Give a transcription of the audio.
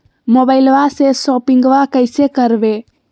मोबाइलबा से शोपिंग्बा कैसे करबै?